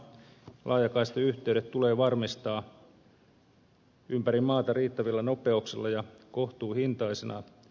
laajakaistayhteydet tulee varmistaa ympäri maata riittävillä nopeuksilla ja kohtuuhintaisina